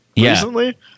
recently